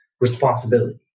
responsibility